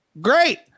Great